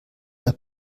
der